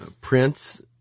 Prince